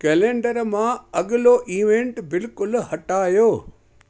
calendar मां अॻिलो event बिल्कुलु हटायो